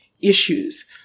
issues